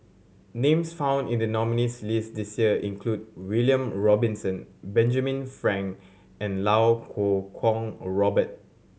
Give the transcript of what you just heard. names found in the nominees' list this year include William Robinson Benjamin Frank and Iau Kuo Kwong Robert